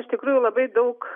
iš tikrųjų labai daug